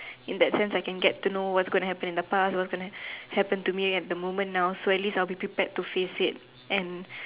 in that sense I can get to know what's going to happen in the past what's going to happen to me at the moment now so at least I will be prepared to faced it and